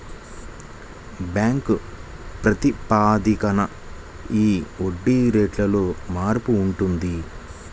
bank ప్రాతిపదికన ఈ వడ్డీ రేటులో మార్పు ఉంటుంది